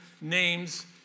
names